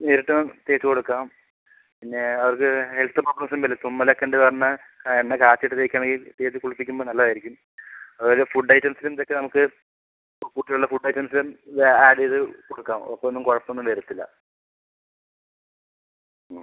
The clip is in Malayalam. നേരിട്ടും തേച്ചു കൊടുക്കാം പിന്നെ അവർക്ക് ഹെൽത്ത് പ്രോബ്ലംസെന്തെങ്കിലും തുമ്മലൊക്കെ ഉണ്ട് പറഞ്ഞാൽ എണ്ണ കാച്ചിയിട്ട് തേക്കുകയാണെങ്കിൽ തേച്ചു കുളിപ്പിക്കുമ്പോൾ നല്ലതായിരിക്കും അതുപോലെ ഫുഡ് ഐറ്റംസിലെന്തൊക്കെ നമുക്ക് കുട്ടികളുടെ ഫുഡ് ഐറ്റംസിലും വെ ആഡ് ചെയ്ത് കൊടുക്കാം അപ്പോളൊന്നും കുഴപ്പമൊന്നും വരത്തില്ല മ്